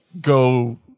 go